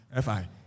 FI